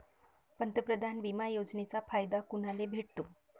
पंतप्रधान बिमा योजनेचा फायदा कुनाले भेटतो?